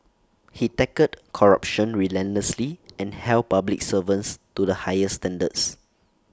he tackled corruption relentlessly and held public servants to the highest standards